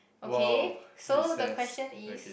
!wow! recess okay